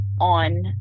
on